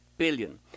Billion